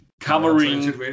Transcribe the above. covering